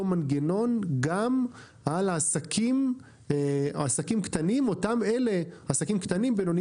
מנגנון גם על עסקים קטנים ובינוניים,